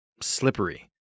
slippery